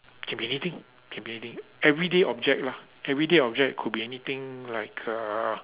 can be anything can be anything everyday object lah everyday object could be anything like uh